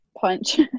punch